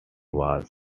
was